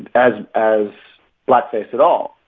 and as as blackface at all.